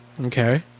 Okay